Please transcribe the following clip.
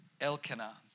Elkanah